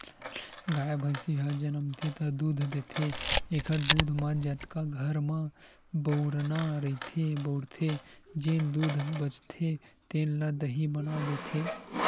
गाय, भइसी ह जमनथे त दूद देथे एखर दूद म जतका घर म बउरना रहिथे बउरथे, जेन दूद बाचथे तेन ल दही बना देथे